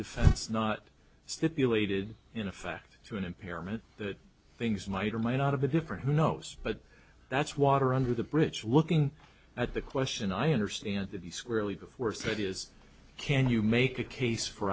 defense not stipulated in effect to an impairment that things might or might not have a different who knows but that's water under the bridge looking at the question i understand that he's really worth it is can you make a case for